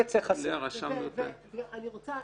אני רוצה